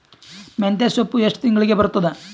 ಮೆಂತ್ಯ ಸೊಪ್ಪು ಎಷ್ಟು ತಿಂಗಳಿಗೆ ಬರುತ್ತದ?